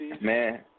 Man